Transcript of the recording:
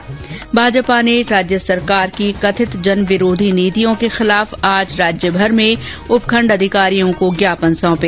्र भाजपा ने राज्य सरकार की कथित जनविरोधी नीतियों के खिलाफ आज राज्यभर में उपखंड अधिकारियों को ज्ञापन सौंपे